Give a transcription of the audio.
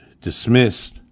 dismissed